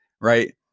right